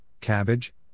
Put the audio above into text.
cabbage